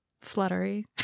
fluttery